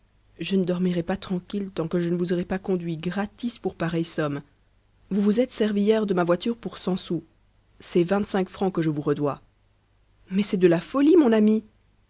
je ne dormirai pas tranquille tant que je ne vous aurai pas conduit gratis pour pareille somme vous vous êtes servi hier de ma voiture pour cent sous c'est vingt-cinq francs que je vous redois mais c'est de la folie mon ami